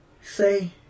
say